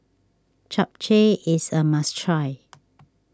Japchae is a must try